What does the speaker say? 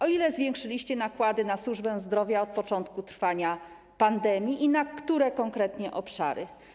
O ile zwiększyliście nakłady na służbę zdrowia od początku trwania pandemii i w których konkretnie obszarach?